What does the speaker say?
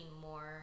more